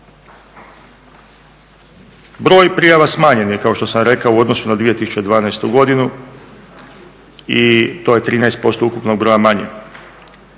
Broj prijava smanjen je kao što sam rekao u odnosu na 2012. godinu i to je 13% ukupnog broja manje,